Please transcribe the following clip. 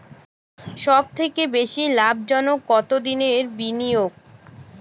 সবথেকে বেশি লাভজনক কতদিনের বিনিয়োগ?